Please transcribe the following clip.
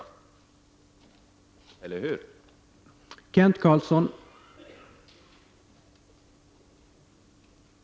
Eller hur?